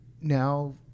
now